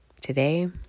today